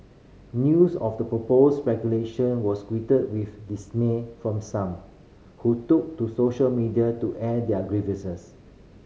news of the proposed regulation was greeted with dismay from some who took to social media to air their grievances